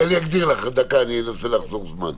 אני אגדיר, אני אנסה לחסוך זמן,